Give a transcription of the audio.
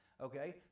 Okay